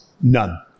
None